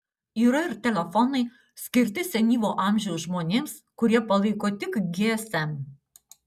yra ir telefonai skirti senyvo amžiaus žmonėms kurie palaiko tik gsm